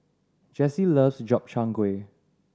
Jessye loves Gobchang Gui